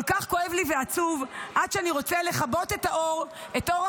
כל כך כואב לי ועצוב עד שאני רוצה לכבות את אור החיים,